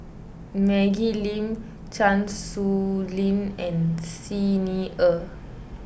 Maggie Lim Chan Sow Lin and Xi Ni Er